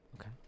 Okay